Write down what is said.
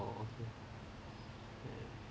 okay